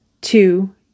Two